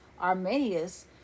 Arminius